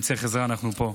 אם צריך עזרה אנחנו פה,